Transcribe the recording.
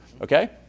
okay